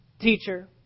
teacher